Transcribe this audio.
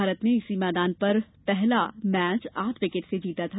भारत ने इसी मैदान पर पहला मैच आठ विकेट से जीता था